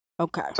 Okay